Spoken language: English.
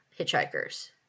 hitchhikers